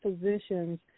positions